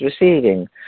receiving